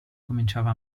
cominciava